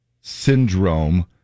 syndrome